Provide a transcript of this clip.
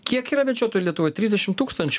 kiek yra medžiotojų lietuvoj trisdešim tūkstančių